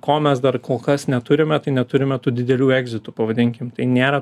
ko mes dar kol kas neturime tai neturime tų didelių egzitų pavadinkim tai nėra